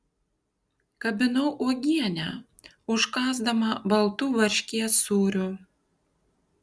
kabinau uogienę užkąsdama baltu varškės sūriu